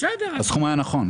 הסכום היה נכון.